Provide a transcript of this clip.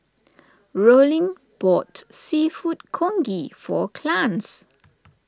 Rollin bought Seafood Congee for Clarnce